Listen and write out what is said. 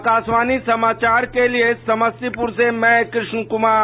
आकाशवाणी समाचार के लिये समस्तीप्र से कृष्ण कुमार